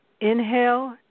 Inhale